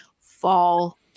fall